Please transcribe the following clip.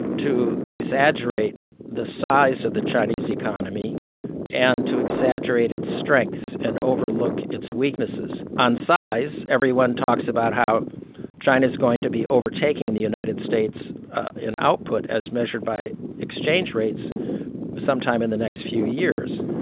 to exaggerate the size of the chinese economy and to exaggerate its strengths and overlook its weaknesses. on size, everyone talks about how china's going to be overtaking the united states in output as measured by exchange rates sometime in the next few years.